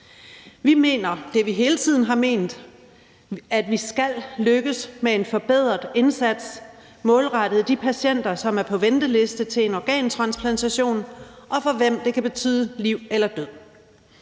har ment: at vi skal lykkes med en forbedret indsats målrettet de patienter, som er på venteliste til en organtransplantation, og for hvem det kan betyde liv eller død.